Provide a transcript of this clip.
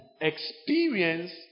experience